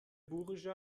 burj